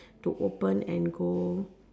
to open and go